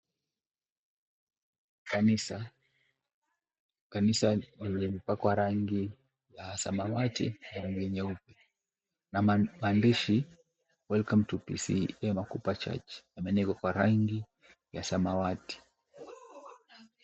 Kanisa limepakwa rangi la samawati, rangi nyeupe na maandishi, "Welcome to PCEA Makupa Church,"yameandikwa kwa rangi ya samawati.